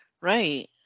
Right